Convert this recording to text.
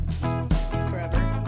forever